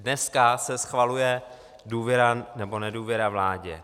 Dneska se schvaluje důvěra nebo nedůvěra vládě.